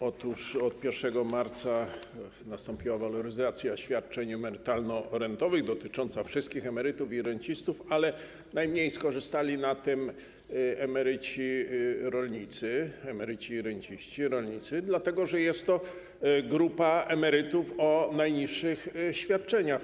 Od 1 marca nastąpiła waloryzacja świadczeń emerytalno-rentowych obejmująca wszystkich emerytów i rencistów, ale najmniej skorzystali na tym emeryci rolnicy, renciści rolnicy, dlatego że jest to grupa emerytów o najniższych świadczeniach.